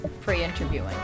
pre-interviewing